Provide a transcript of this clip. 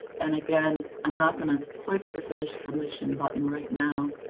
and again, i'm not going to click the finish submission button right now,